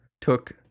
took